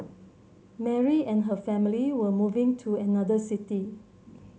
Mary and her family were moving to another city